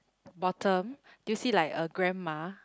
bottom do you see like a grandma